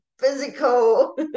physical